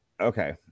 Okay